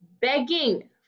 begging